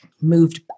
moved